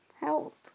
Help